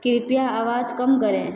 कृपया आवाज़ कम करें